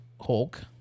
Hulk